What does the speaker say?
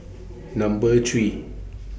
Number three